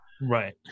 Right